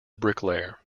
bricklayer